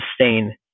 sustain